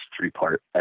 three-part